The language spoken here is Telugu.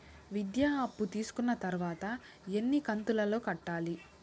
విద్య అప్పు తీసుకున్న తర్వాత ఎన్ని కంతుల లో కట్టాలి?